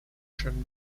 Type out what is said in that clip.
from